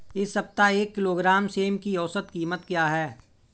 इस सप्ताह एक किलोग्राम सेम की औसत कीमत क्या है?